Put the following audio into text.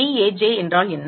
dAj என்றால் என்ன